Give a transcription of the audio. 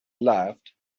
laughed